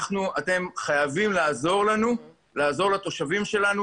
אתם חייבים לעזור לנו לעזור לתושבים שלנו.